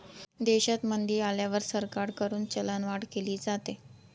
देशात मंदी आल्यावर सरकारकडून चलनवाढ केली जाते